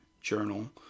journal